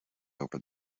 over